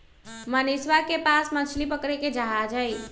मनीषवा के पास मछली पकड़े के जहाज हई